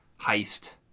heist